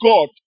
God